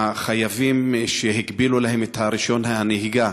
החייבים שהגבילו להם את רישיון הנהיגה,